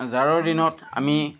জাৰৰ দিনত আমি